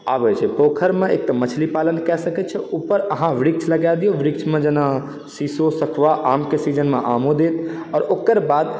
आबै छै पोखैरमे एक तऽ मछली पालन कए सकै छै ऊपर अहाँ वृक्ष लगा दियौ वृक्षमे जेना सिसो सखुआ आमके सीजनमे आमो देत आोर ओकरबाद